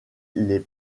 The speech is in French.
les